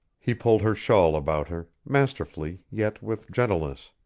he pulled her shawl about her, masterfully yet with gentleness,